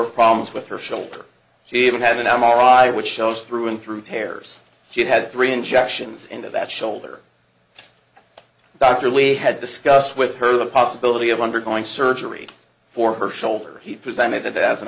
of problems with her shoulder she even had an m r i which shows through and through tears she'd had three injections into that shoulder dr we had discussed with her the possibility of undergoing surgery for her shoulder he presented it as an